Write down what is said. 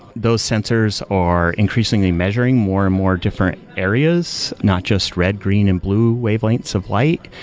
those sensors are increasingly measuring more and more different areas, not just red, green and blue wavelengths of light.